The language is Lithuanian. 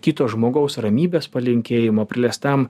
kito žmogaus ramybės palinkėjimo priliestam